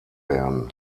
werden